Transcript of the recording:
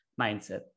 mindset